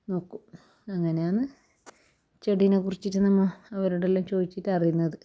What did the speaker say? അങ്ങനെയാണ് ചെടിയെക്കുറിച്ചിട്ട് നമ്മൾ അവരോടെല്ലാം ചോദിച്ചിട്ട് അറിയുന്നത്